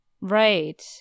Right